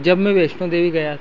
जब मैं वैष्णो देवी गया था